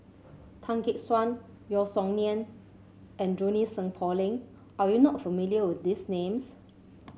Tan Gek Suan Yeo Song Nian and Junie Sng Poh Leng are you not familiar with these names